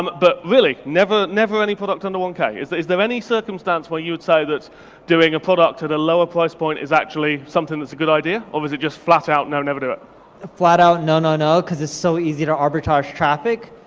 um but really, never never any product under one k. is is there any circumstance where you would say that doing a product at a lower price point is actually something that's a good idea, or is just flat out, no never ah flat out, no, no, no, cause it's so easy to arbicharge traffic.